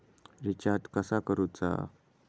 Recharge कसा करूचा?